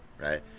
right